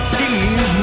Steve